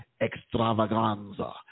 extravaganza